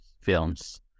films